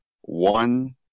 one